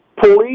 police